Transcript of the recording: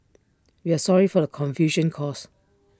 we are sorry for the confusion caused